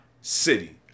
city